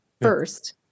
first